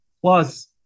Plus